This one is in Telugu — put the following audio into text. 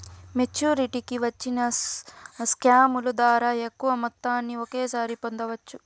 మెచ్చురిటీకి వచ్చిన స్కాముల ద్వారా ఎక్కువ మొత్తాన్ని ఒకేసారి పొందవచ్చు